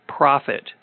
profit